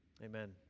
Amen